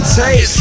taste